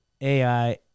AI